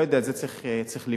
לא יודע, את זה צריך לבדוק.